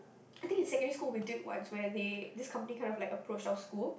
I think in secondary school we did once where they this company kind of like approach our school